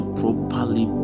properly